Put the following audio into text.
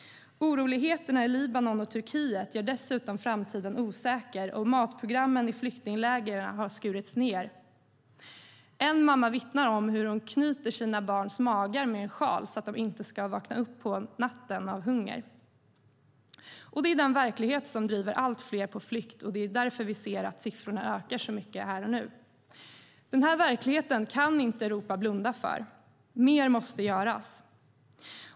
Oroligheterna i Libanon och Turkiet gör dessutom framtiden osäker, och matprogrammen i flyktinglägren har skurits ned. En mamma vittnar om hur hon knyter sina barns magar med sjalar, så att de inte ska vakna upp på natten av hunger. Det är den verklighet som driver allt fler på flykt, och det är därför vi ser att siffrorna ökar så mycket här och nu. Den här verkligheten kan inte Europa blunda för. Mer måste göras.